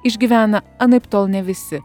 išgyvena anaiptol ne visi